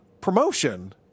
promotion